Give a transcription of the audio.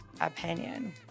opinion